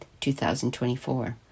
2024